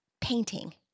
painting